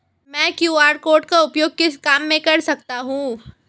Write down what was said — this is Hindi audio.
मैं क्यू.आर कोड का उपयोग किस काम में कर सकता हूं?